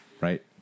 Right